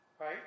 right